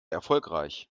erfolgreich